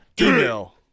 email